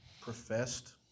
professed